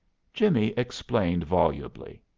jimmie explained volubly.